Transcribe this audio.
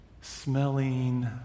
Smelling